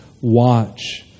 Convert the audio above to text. watch